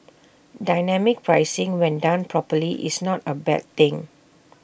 dynamic pricing when done properly is not A bad thing